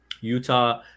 Utah